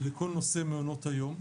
לכל נושא מעונות היום.